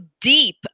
deep